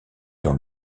dans